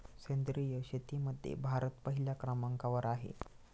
सेंद्रिय शेतीमध्ये भारत पहिल्या क्रमांकावर आहे